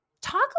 talk